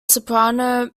soprano